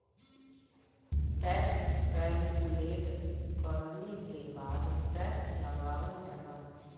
tax calculate करले के बाद टैक्स लगावल जाला